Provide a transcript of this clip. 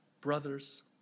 Brothers